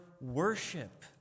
worship